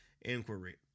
inquiry